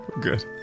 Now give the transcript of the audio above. Good